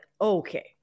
okay